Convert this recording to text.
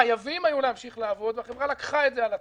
חייבים היו להמשיך לעבוד; והחברה לקחה את זה על עצמה.